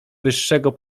wyższego